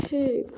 Hey